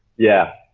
yeah,